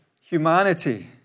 humanity